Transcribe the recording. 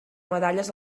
medalles